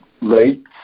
late